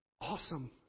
Awesome